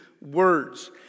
words